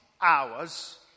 hours